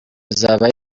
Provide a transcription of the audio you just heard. zabaye